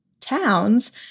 towns